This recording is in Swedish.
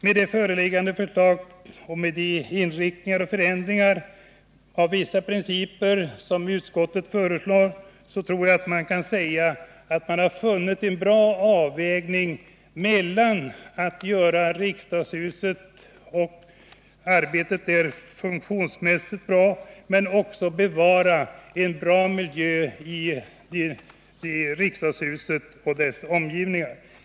Med det föreliggande utskottsförslaget, som innebär vissa ändringar av tidigare antagna principer, tror jag att man har kommit fram till en bra avvägning mellan kravet att arbetet i riksdagshuset skall fungera väl och kravet att det skall vara en bra miljö i riksdagshuset och dess omgivningar.